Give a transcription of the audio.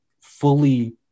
fully